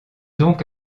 donc